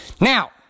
Now